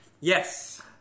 Yes